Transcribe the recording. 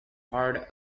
part